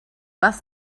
was